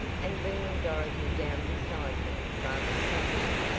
and bringing dorothy down beside her rather suddenly.